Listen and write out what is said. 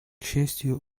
счастью